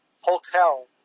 hotel